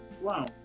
wow